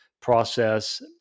process